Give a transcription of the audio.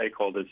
stakeholders